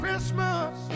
Christmas